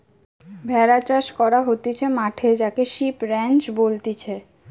ভেড়া চাষ করা হতিছে মাঠে যাকে সিপ রাঞ্চ বলতিছে